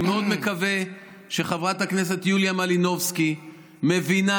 אני מאוד מקווה שחברת הכנסת יוליה מלינובסקי מבינה